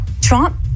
Trump